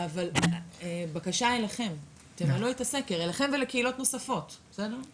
אבל בקשה אליכם ולקהילות נוספות, תמלאו את הסקר.